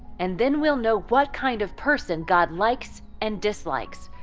and then we'll know what kind of person god likes and dislikes,